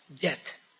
death